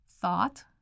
thought